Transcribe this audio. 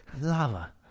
lava